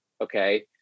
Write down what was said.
Okay